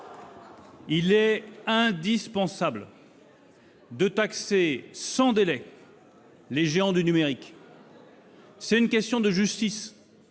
Il est indispensable de taxer sans délai les géants du numérique. C'est une question de justice